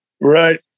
Right